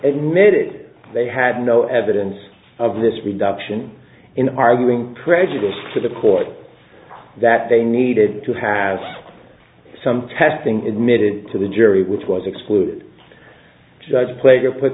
admitted they had no evidence of this reduction in arguing prejudicial to the court that they needed to have some testing admitted to the jury which was excluded judge pla